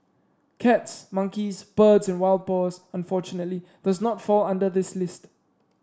cats monkeys birds and wild boars unfortunately does not fall under this list